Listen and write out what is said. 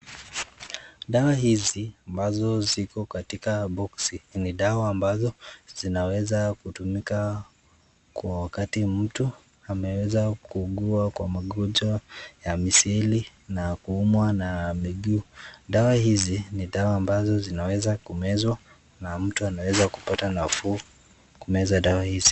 Dawa hizi ambazo ziko katika boxi ni dawa ambazo zinaweza kutumika kwa wakati mtu ameweza kuugua kwa magonjwa ya miseli na kuumwa na miguu, dawa hizi ni dawa ambazo zinaweza kumezwa na mtu anaweza kupata nafuu kumeza dawa hizi.